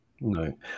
No